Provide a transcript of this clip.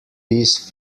these